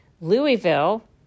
Louisville